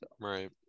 Right